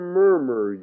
murmur